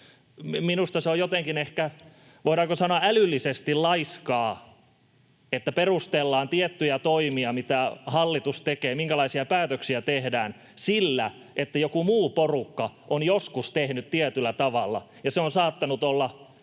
Minusta se on jotenkin ehkä, voidaanko sanoa, älyllisesti laiskaa, että perustellaan tiettyjä toimia, mitä hallitus tekee ja minkälaisia päätöksiä tehdään, sillä, että joku muu porukka on joskus tehnyt tietyllä tavalla ja se on saattanut olla